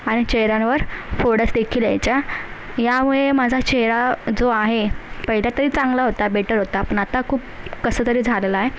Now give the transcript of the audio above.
आणि चेहऱ्यावर फोड देखील यायचे यामुळे माझा चेहरा जो आहे पहिले तरी चांगला होता बेटर होता पण आता खूप कसं तरी झालेला आहे